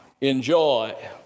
enjoy